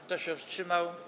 Kto się wstrzymał?